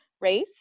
race